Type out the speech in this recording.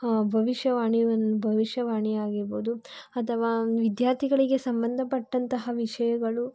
ಭವಿಷ್ಯವಾಣಿಯನ್ ಭವಿಷ್ಯವಾಣಿ ಆಗಿರ್ಬೋದು ಅಥವಾ ವಿದ್ಯಾರ್ಥಿಗಳಿಗೆ ಸಂಬಂಧಪಟ್ಟಂತಹ ವಿಷಯಗಳು